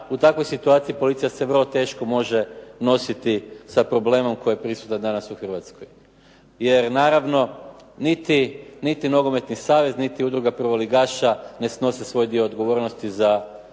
u takvoj situaciji policija se vrlo teško može nositi koji je prisutan danas u Hrvatsko, jer naravno niti Nogometni savez niti Udruga prvoligaša ne snose svoj dio odgovornosti za